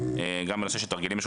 גם בנושא של תרגילים משותפים.